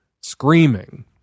screaming